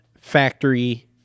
factory